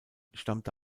stammte